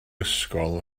ysgol